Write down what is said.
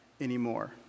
anymore